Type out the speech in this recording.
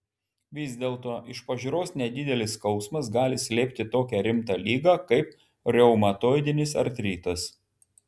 vis dėlto iš pažiūros nedidelis skausmas gali slėpti tokią rimtą ligą kaip reumatoidinis artritas